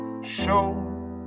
show